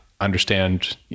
understand